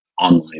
online